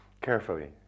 carefully